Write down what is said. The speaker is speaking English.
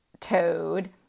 toad